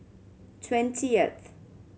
twentieth